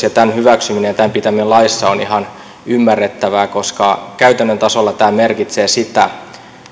ja tämän hyväksyminen ja tämän asian pitäminen laissa on ihan ymmärrettävää koska käytännön tasolla tämä merkitsee sitä